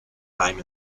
time